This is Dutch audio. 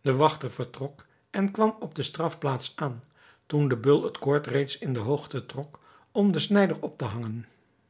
de wachter vertrok en kwam op de strafplaats aan toen de beul het koord reeds in de hoogte trok om den snijder op te hangen